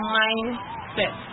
mindset